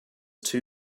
two